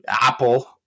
Apple